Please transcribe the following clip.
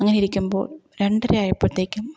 അങ്ങനെ ഇരിക്കുമ്പോൾ രണ്ടര ആയപ്പോഴത്തേക്കും